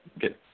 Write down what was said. get